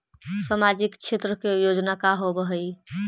सामाजिक क्षेत्र के योजना का होव हइ?